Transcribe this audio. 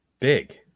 big